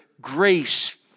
grace